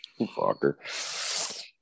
Fucker